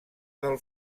del